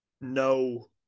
no